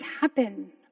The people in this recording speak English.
happen